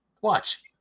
Watch